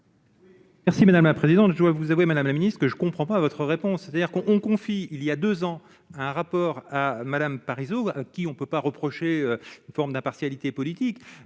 Merci madame la présidente, je voudrais vous avez Madame la Ministre, que je ne comprends pas votre réponse, c'est-à-dire qu'on on confie il y a 2 ans, un rapport à Madame Parisot qui on peut pas reprocher forme d'impartialité politique,